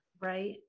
Right